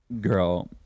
Girl